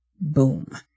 Boom